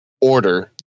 order